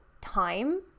time